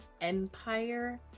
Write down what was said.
Empire